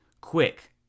quick